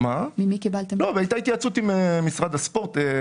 היתה התייעצות עם משרד הספורט.